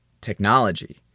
technology